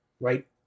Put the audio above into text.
right